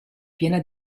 piena